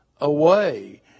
away